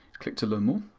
click to learn more.